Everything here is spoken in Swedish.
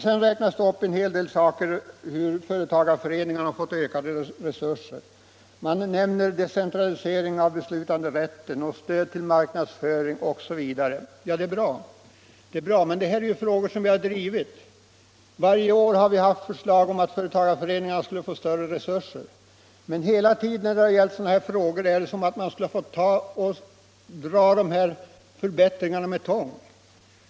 Sedan räknar man i svaret upp ytterligare en del åtgärder — ökade resurser till företagarföreningarna, decentralisering av beslutsrätten, stöd till marknadsföring osv. Det är bra. Men detta är frågor som vi drivit länge — varje år har vi t.ex. föreslagit att företagarföreningarna skulle få större resurser. Och hela tiden då det har gällt sådana här frågor är det som om man fått dra fram förbättringarna med tång.